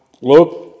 look